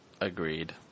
Agreed